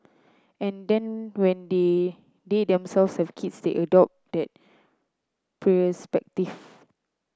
and then when they the themselves have kids they adopt that perspective